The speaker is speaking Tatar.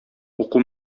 уку